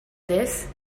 this